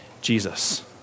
Jesus